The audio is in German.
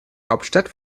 hauptstadt